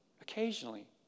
Occasionally